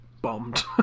bombed